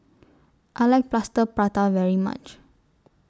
I like Plaster Prata very much